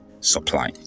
supply